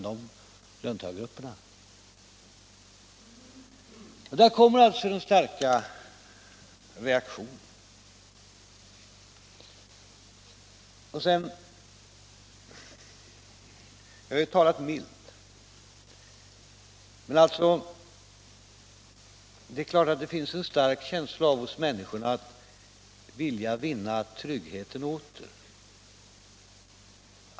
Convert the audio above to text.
Det är mot ett sådant system som också jag har reagerat så starkt. Jag har här uttryckt mig i milda ordalag. Men jag vill kraftigt understryka att det finns hos människorna en stark önskan att vinna tryggheten åter.